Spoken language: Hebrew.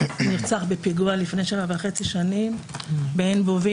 שנרצח בפיגוע לפני שבע וחצי שנים בעין גובים,